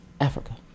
Africa